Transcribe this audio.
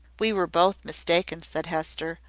we were both mistaken, said hester,